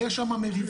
ויש שם מריבות,